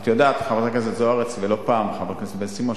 חברת הכנסת זוארץ וחבר הכנסת בן-סימון,